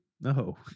No